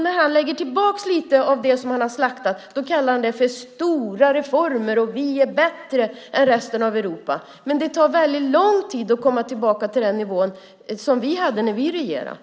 När han lägger tillbaka lite av det som han har slaktat kallar han det för stora reformer och säger att vi är bättre än resten av Europa. Men det tar väldigt lång tid att komma tillbaka till den nivå som var när vi regerade.